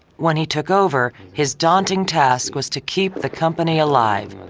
when he took over his daunting task was to keep the company alive.